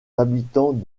habitants